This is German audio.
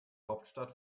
hauptstadt